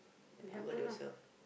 ya humble yourself